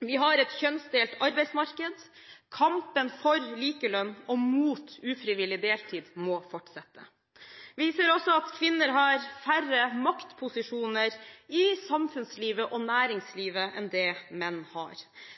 Vi har et kjønnsdelt arbeidsmarked. Kampen for likelønn og mot ufrivillig deltid må fortsette. Vi ser også at kvinner har færre maktposisjoner i samfunnslivet og næringslivet enn det menn har.